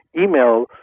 email